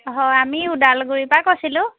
হয় আমি ওদালগুৰিৰপৰা কৈছিলোঁ